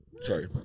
Sorry